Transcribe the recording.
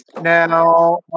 now